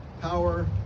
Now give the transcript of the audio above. power